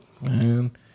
Man